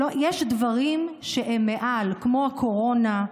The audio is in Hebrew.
יש דברים שהם מעל, כמו הקורונה,